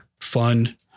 fun